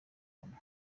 munwa